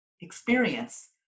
experience